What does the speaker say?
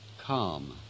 calm